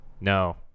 no